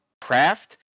craft